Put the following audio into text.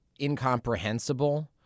incomprehensible